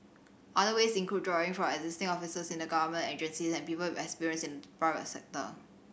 other ways include drawing from existing officers in the government agencies and people with experience in the private sector